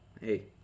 hey